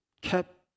kept